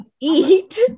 eat